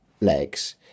legs